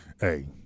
hey